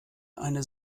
eine